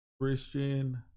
christian